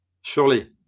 Surely